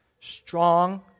Strong